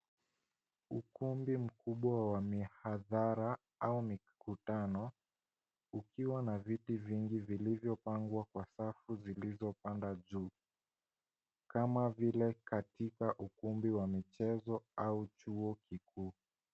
Ukumbi mkubwa wa mihadhara au mikutano ukiwa na viti vingi vilivyopangwa kwa safu zilizopanda juu kama vile katika ukumbi wa michezo au chuo kikuu.